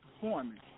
performing